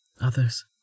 Others